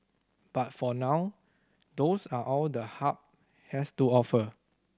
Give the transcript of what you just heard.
but for now those are all the Hub has to offer